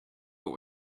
what